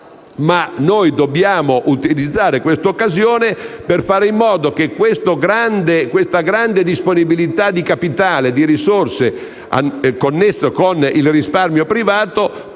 Noi dobbiamo invece utilizzare questa occasione per fare in modo che la grande disponibilità di capitale e risorse connesse con il risparmio privato